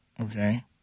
Okay